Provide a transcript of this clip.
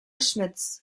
schmitz